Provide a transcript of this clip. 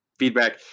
feedback